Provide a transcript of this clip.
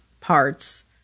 parts